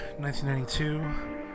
1992